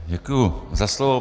Děkuji za slovo.